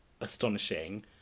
astonishing